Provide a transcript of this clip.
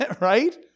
right